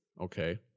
okay